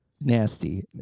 Nasty